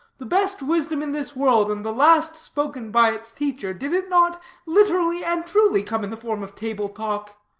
the best wisdom in this world, and the last spoken by its teacher, did it not literally and truly come in the form of table-talk?